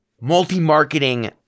multi-marketing